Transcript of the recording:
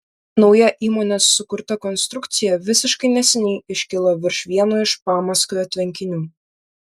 nauja įmonės sukurta konstrukcija visiškai neseniai iškilo virš vieno iš pamaskvio tvenkinių